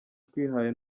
twihaye